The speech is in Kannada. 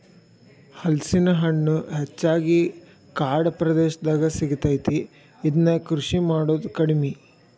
ಹಲಸಿನ ಹಣ್ಣು ಹೆಚ್ಚಾಗಿ ಕಾಡ ಪ್ರದೇಶದಾಗ ಸಿಗತೈತಿ, ಇದ್ನಾ ಕೃಷಿ ಮಾಡುದ ಕಡಿಮಿ